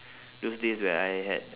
those days where I had